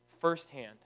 firsthand